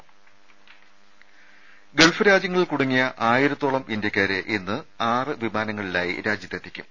ദേശ ഗൾഫ് രാജ്യങ്ങളിൽ കുടുങ്ങിയ ആയിരത്തോളം ഇന്ത്യക്കാരെ ഇന്ന് ആറു വിമാനങ്ങളിലായി രാജ്യത്ത് എത്തിക്കും